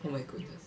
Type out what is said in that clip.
oh my goodness